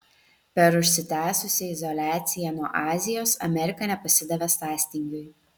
per užsitęsusią izoliaciją nuo azijos amerika nepasidavė sąstingiui